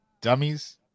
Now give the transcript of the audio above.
Dummies